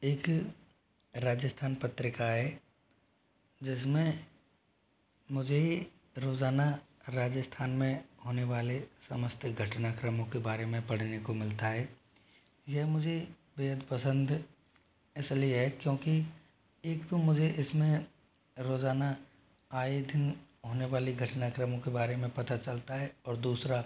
एक राजस्थान पत्रिका है जिस में मुझे रोज़ाना राजस्थान में होने वाले समस्त घटनाक्रमों के बारे में पढ़ने को मिलता है यह मुझे बेहद पसंद इस लिए है क्योंकि एक तो मुझे इस में रोज़ाना आए दिन होने वाली घटनाक्रमों के बारे में पता चलता है और दूसरा